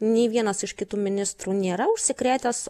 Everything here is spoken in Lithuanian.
nei vienas iš kitų ministrų nėra užsikrėtęs